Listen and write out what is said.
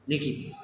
लिखी